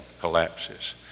collapses